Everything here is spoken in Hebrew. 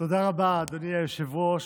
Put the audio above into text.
תודה רבה, אדוני היושב-ראש.